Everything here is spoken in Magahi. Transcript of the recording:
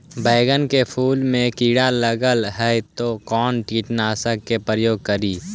बैगन के फुल मे कीड़ा लगल है तो कौन कीटनाशक के प्रयोग करि?